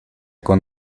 con